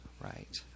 right